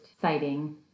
sighting